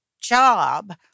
job